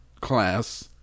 class